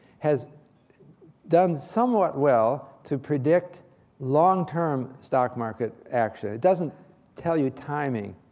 has done somewhat well to predict long term stock market action. it doesn't tell you timing.